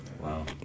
Wow